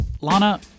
Lana